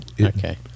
Okay